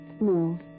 No